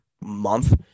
month